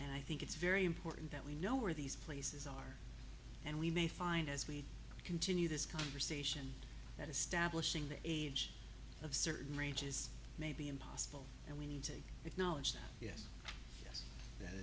and i think it's very important that we know where these places are and we may find as we continue this conversation that establishing the age of certain ranges may be impossible and we need to acknowledge that yes that